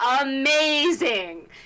amazing